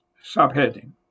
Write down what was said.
Subheading